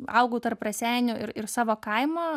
augu tarp raseinių ir ir savo kaimo